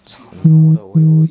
you should try the